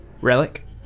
Relic